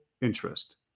interest